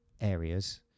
areas